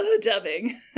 Dubbing